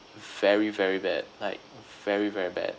very very bad like very very bad